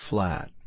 Flat